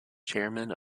chairmen